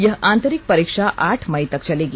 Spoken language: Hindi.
यह आंतरिक परीक्षा आठ मई तक चलेगी